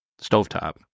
Stovetop